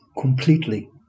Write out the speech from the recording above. completely